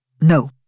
No